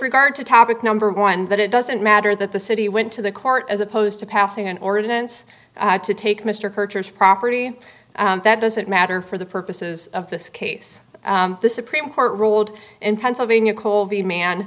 regard to topic number one that it doesn't matter that the city went to the court as opposed to passing an ordinance to take mr purchase property that doesn't matter for the purposes of this case the supreme court ruled in pennsylvania co